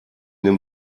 den